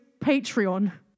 Patreon